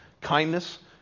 kindness